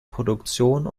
produktion